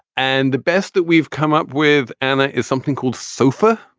and the best that we've come up with and ah is something called sofa